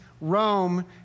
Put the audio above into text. Rome